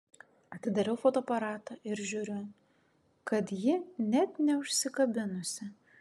atidarau fotoaparatą ir žiūriu kad ji net neužsikabinusi